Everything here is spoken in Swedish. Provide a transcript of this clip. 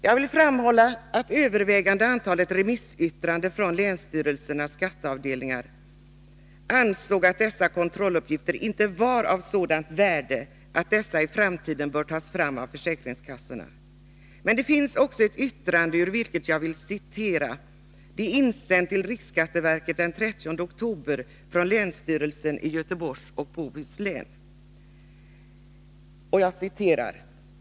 Jag vill framhålla att man i övervägande antalet remissyttranden från länsstyrelsernas skatteavdelningar ansåg att dessa kontrolluppgifter inte var av sådant värde att de i framtiden bör tas fram av försäkringskassorna. Men det finns också ett yttrande, ur vilket jag vill citera. Det är insänt till riksskatteverket den 30 oktober från länsstyrelsen i Göteborgs och Bohus län.